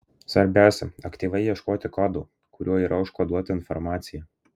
svarbiausia aktyviai ieškoti kodo kuriuo yra užkoduota informacija